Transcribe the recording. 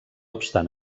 obstant